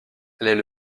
elle